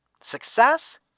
success